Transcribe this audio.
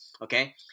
okay